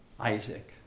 Isaac